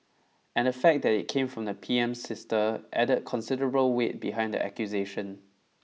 and the fact that it came from P M's sister added considerable weight behind the accusation